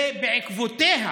ובעקבותיה